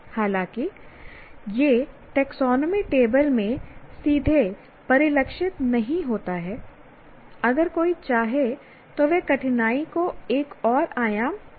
हालांकि यह taxonomy table में सीधे परिलक्षित नहीं होता है अगर कोई चाहे तो वे कठिनाई के एक और आयाम जोड़ सकते हैं